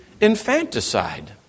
infanticide